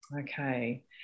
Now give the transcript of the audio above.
Okay